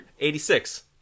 86